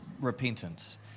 repentance